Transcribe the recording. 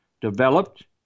developed